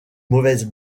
mauvaise